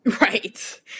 Right